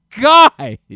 God